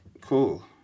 cool